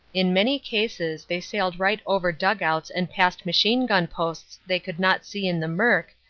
in many cases theysailed right overdug-outs and past machine gun posts they could not see in the mirk,